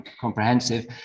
comprehensive